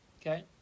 okay